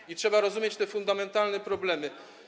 I trzeba rozumieć te fundamentalne problemy.